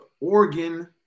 Oregon